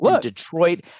Detroit